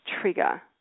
trigger